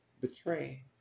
betray